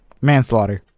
Manslaughter